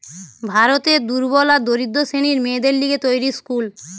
ভারতের দুর্বল আর দরিদ্র শ্রেণীর মেয়েদের লিগে তৈরী স্কুল